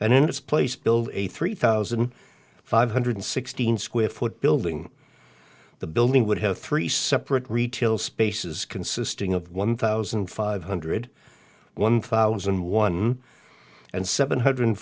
and in its place build a three thousand five hundred sixteen square foot building the building would have three separate retail spaces consisting of one thousand five hundred one thousand one and seven hundred